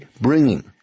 bringing